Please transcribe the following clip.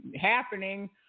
happening